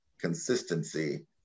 consistency